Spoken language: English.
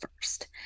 first